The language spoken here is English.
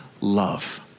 love